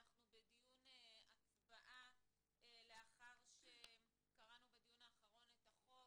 דיון הצבעה לאחר שקראנו בדיון האחרון את החוק,